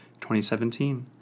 2017